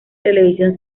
televisión